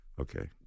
okay